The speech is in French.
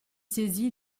saisie